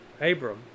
Abram